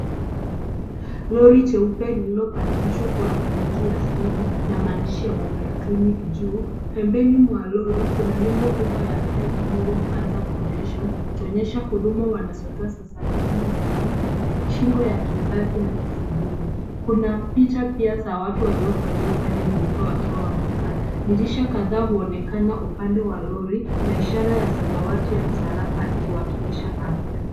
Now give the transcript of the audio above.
Lori cheupe lililobadilishwa kuwa kliniki ya simu na maandishi ya Mobile Clinic juu. Pembeni mwa lori kuna nembo kubwa ya Beth Mugo Cancer Foundation ikionyesha huduma wanazotoa za sarakani ya matiti, shingo ya kizazi na tisi ndume. Kuna picha pia za watu waliovalia sare nyeupe wakiwa wamekaa. Dirisha kadhaa huonekana upande wa lori na ishara ya samawati ya msalaba ikiwakilisha afya.